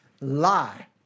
lie